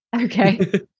okay